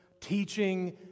teaching